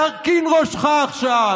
תרכין ראשך עכשיו,